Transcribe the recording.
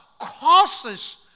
causes